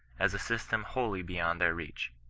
as a system wholly beyond their reach.